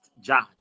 judge